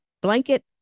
blanket